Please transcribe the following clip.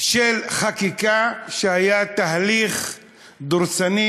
של חקיקה שהיה תהליך דורסני,